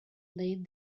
laid